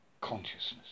consciousness